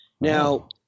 Now